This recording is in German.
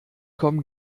kommen